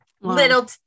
Little